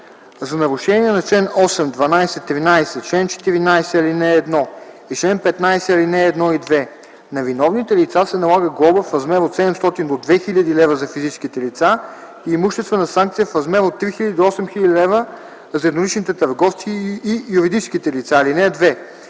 За нарушение на чл. 8, 12, 13, чл. 14, ал. 1 и чл. 15, ал. 1 и 2 на виновните лица се налага глоба в размер от 700 до 2000 лв. – за физическите лица, и имуществена санкция в размер от 3000 до 8000 лв. – за едноличните търговци и юридическите лица. (2)